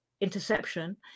interception